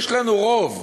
יש לנו רוב.